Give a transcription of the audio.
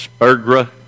Spurgra